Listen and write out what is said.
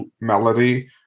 Melody